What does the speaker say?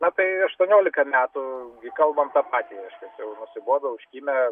na tai aštuoniolika metų kalbam tą patį reiškias jau nusibodo užkimę